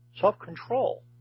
self-control